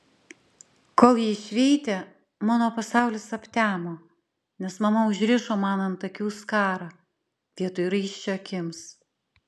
kol ji šveitė mano pasaulis aptemo nes mama užrišo man ant akių skarą vietoj raiščio akims